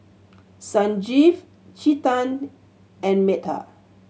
Sanjeev Chetan and Medha